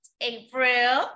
April